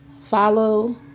Follow